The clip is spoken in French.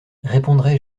répondrai